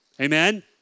amen